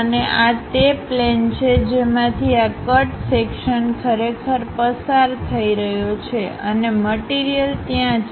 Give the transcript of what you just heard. અને આ તે પ્લેન છે જેમાંથી આ કટ સેક્શનખરેખર પસાર થઈ રહ્યો છે અને મટીરીયલત્યાં છે